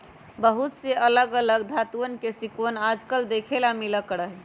बहुत से अलग अलग धातुंअन के सिक्कवन आजकल देखे ला मिला करा हई